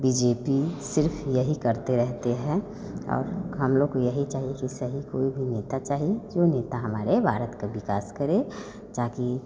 B J P सिर्फ यही करते रहते हैं और हम लोग यही चाहिए कि कोई भी नेता चाहे जो नेता हमारे भारत का विकास करे ताकी